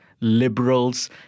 liberals